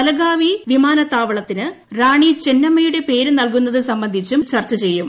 ബലഗാവി വിമാനത്താവളത്തിന് റാണി ചെന്നമ്മയുടെ പേര് നൽകുന്നത് സംബന്ധിച്ചും കുടിക്കാഴ്ചയിൽ ചർച്ച ചെയ്യും